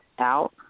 out